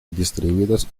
distribuidas